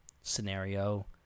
scenario